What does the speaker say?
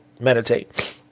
Meditate